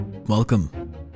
Welcome